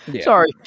sorry